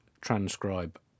transcribe